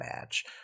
match